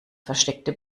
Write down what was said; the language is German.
versteckte